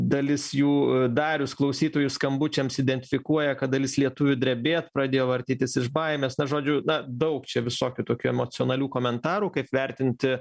dalis jų darius klausytojų skambučiams identifikuoja kad dalis lietuvių drebėt pradėjo vartytis iš baimės na žodžiu na daug čia visokių tokių emocionalių komentarų kaip vertinti